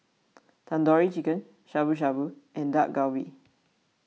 Tandoori Chicken Shabu Shabu and Dak Galbi